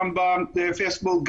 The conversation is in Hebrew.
גם בפייסבוק,